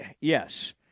yes